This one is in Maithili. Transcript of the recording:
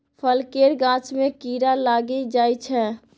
फल केर गाछ मे कीड़ा लागि जाइ छै